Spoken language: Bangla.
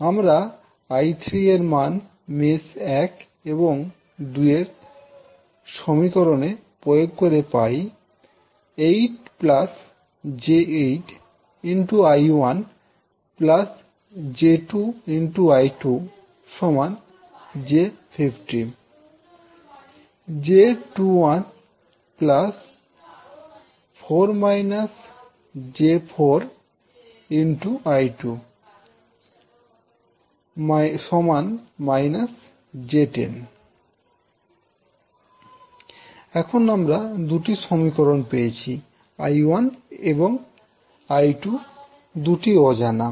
আমরা I3 এর মান মেশ 1 এবং 2 এর সমীকরণে প্রয়োগ করে পাই 8 j8I1 j2I2 j50 j2I1 4 − j4I2 −j10 এখন আমরা দুটি সমীকরণ পেয়েছি এবং I 1 এবং I 2 দুটি অজানা